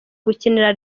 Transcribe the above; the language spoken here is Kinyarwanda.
gukinira